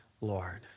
Lord